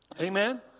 Amen